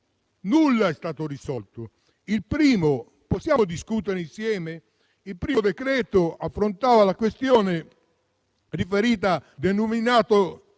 Nulla è stato risolto. Possiamo discutere insieme? Il primo decreto affrontava la questione delle ONG: si volevano